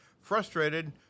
Frustrated